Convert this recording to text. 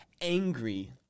angry